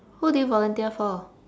who do you volunteer for